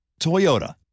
Toyota